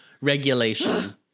Regulation